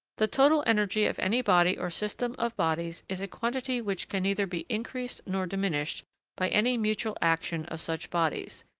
the total energy of any body or system of bodies is a quantity which can neither be increased nor diminished by any mutual action of such bodies,